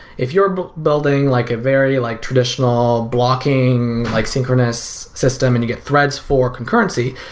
if you're building like a very like traditional blocking, like synchronous system and you get threads for concurrency,